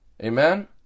Amen